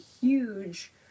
huge